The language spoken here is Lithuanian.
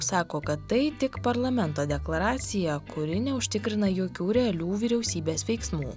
sako kad tai tik parlamento deklaracija kuri neužtikrina jokių realių vyriausybės veiksmų